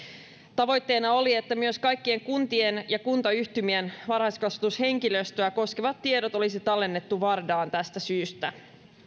tavoitteena oli että myös kaikkien kuntien ja kuntayhtymien varhaiskasvatushenkilöstöä koskevat tiedot olisi tallennettu vardaan tästä syystä